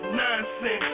nonsense